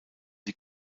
die